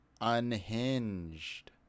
Unhinged